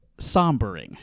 sombering